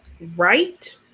right